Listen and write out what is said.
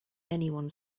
anyone